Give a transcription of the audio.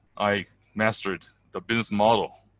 i mastered the business model,